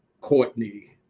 Courtney